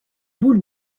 boules